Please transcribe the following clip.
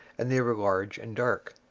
and they were large and dark.